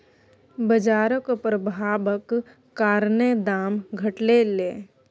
बजारक प्रभाबक कारणेँ दाम घटलै यै